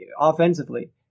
offensively